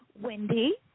Wendy